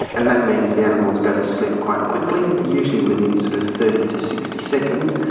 and that means the animals go to sleep quite quickly, usually within sort of thirty to sixty seconds,